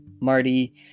Marty